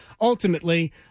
ultimately